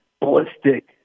Ballistic